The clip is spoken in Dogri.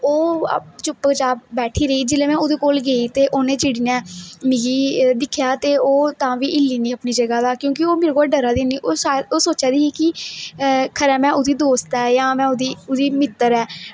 ओह् चुप चाप बेठी दी ही जिसले में ओहदे कोल गेई ते उंहे चिड़ी ने मिगी दिक्खेआ ते तां बी हिल्ली नेईं अपनी जगह उपरा जगह दा क्योकि ओह् मेरे कोला डरा दी नेईं ही ओह् सोचा दी ही कि खरा में ओहदी दोस्त आं जां में ओहदी मित्तर ऐ